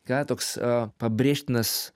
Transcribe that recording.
ką toks pabrėžtinas